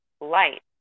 light